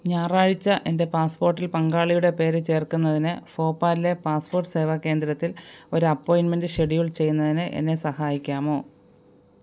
ഞായറാഴ്ച എൻ്റെ പാസ്പോട്ടിൽ പങ്കാളിയുടെ പേര് ചേർക്കുന്നതിന് ഭോപ്പാലിലെ പാസ്പോട്ട് സേവാ കേന്ദ്രത്തിൽ ഒരു അപ്പോയിൻ്റ്മെൻ്റ് ഷെഡ്യൂൾ ചെയ്യുന്നതിന് എന്നെ സഹായിക്കാമോ